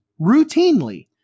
routinely